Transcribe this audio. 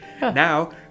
Now